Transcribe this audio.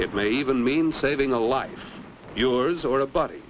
it may even mean saving a life yours or a buddy